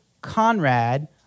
Conrad